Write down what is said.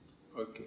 okay